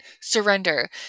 surrender